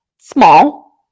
small